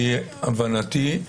להבנתי,